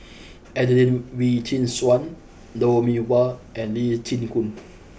Adelene Wee Chin Suan Lou Mee Wah and Lee Chin Koon